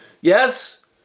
yes